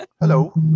Hello